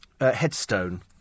headstone